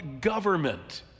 government